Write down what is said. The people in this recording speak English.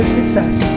Success